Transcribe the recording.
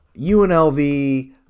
UNLV